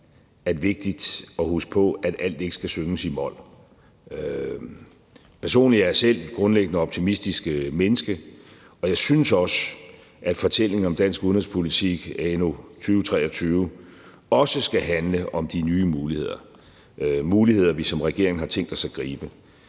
er vigtigt at huske på, at alt ikke skal synges i mol. Personligt er jeg selv grundlæggende et optimistisk menneske, og jeg synes også, at fortællingen om dansk udenrigspolitik anno 2023 også skal handle om de nye muligheder – muligheder, som vi som regering har tænkt os at gribe.